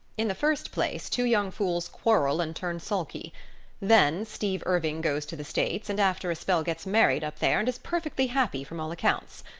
in the first place two young fools quarrel and turn sulky then steve irving goes to the states and after a spell gets married up there and is perfectly happy from all accounts.